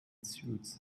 suits